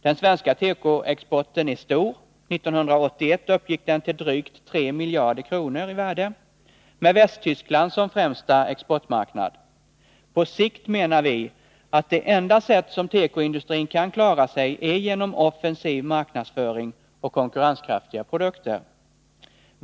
Den svenska tekoexporten är stor — år 1981 uppgick den till drygt 3 miljarder kronor i värde, med Västtyskland som främsta exportmarknad. På sikt menar vi att det enda sätt som tekoindustrin kan klara sig på är genom offensiv marknadsföring och konkurrenskraftiga produkter.